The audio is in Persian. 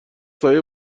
سایه